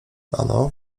ano